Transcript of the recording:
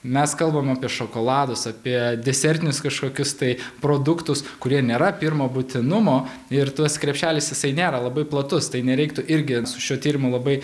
mes kalbam apie šokoladus apie desertinius kažkokius tai produktus kurie nėra pirmo būtinumo ir tas krepšelis jisai nėra labai platus tai nereiktų irgi su šiuo tyrimu labai